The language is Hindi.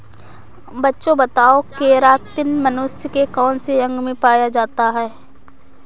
बच्चों बताओ केरातिन मनुष्य के कौन से अंग में पाया जाता है?